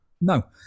No